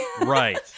Right